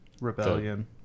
Rebellion